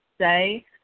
say